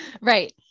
Right